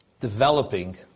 developing